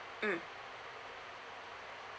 mm